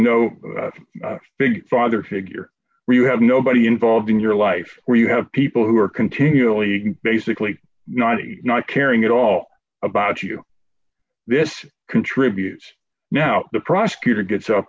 no big father figure or you have nobody involved in your life where you have people who are continually basically nonny not caring at all about you this contributes now the prosecutor gets up